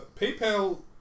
PayPal